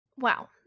Wow